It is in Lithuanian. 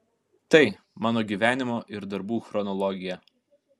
tai mano gyvenimo ir darbų chronologija